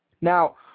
Now